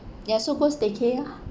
ya so calls staycay ah